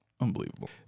Unbelievable